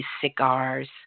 cigars